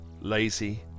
lazy